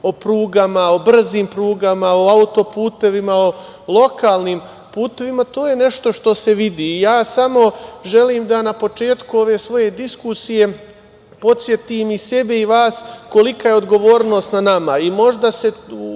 o prugama, o brzim prugama, o autoputevima, o lokalnim putevima, to je nešto što se vidi. Ja samo želim na početku ove svoje diskusije podsetim i sebe i vas kolika je odgovornost na nama. Možda se